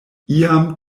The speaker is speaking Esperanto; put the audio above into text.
iam